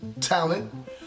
talent